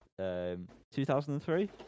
2003